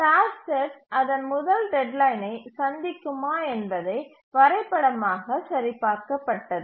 task set அதன் முதல் டெட்லைனை சந்திக்குமா என்பதை வரைபடமாக சரிபார்க்கப்பட்டது